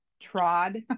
trod